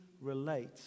relate